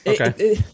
Okay